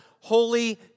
holy